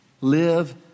Live